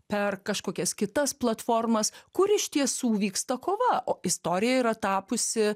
per kažkokias kitas platformas kur iš tiesų vyksta kova o istorija yra tapusi